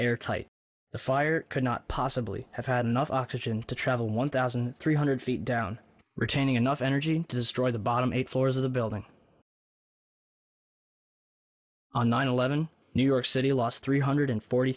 air tight the fire could not possibly have had enough oxygen to travel one thousand three hundred feet down retaining enough energy to destroy the bottom eight floors of the building on nine eleven new york city lost three hundred forty